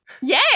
Yay